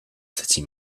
city